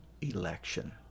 Election